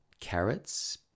Carrots